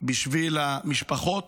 בשביל המשפחות,